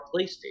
PlayStation